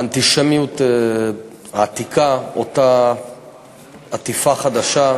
האנטישמיות העתיקה עוטה עטיפה חדשה,